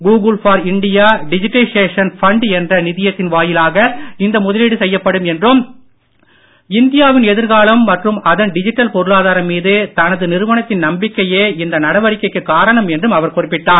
Google for India digitization fund என்ற நிதியத்தின் வாயிலாக இந்த முதலீடு செய்யப்படும் என்றும் இந்தியாவின் எதிர்காலம் மற்றும் அதன் டிஜிட்டல் பொருளாதாரம் மீது தனது நிறுவனத்தின் நம்பிக்கையே இந்த நடவடிக்கைக்கு காரணம் என்றும் அவர் குறிப்பிட்டார்